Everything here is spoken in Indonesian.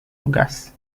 tugas